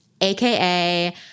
AKA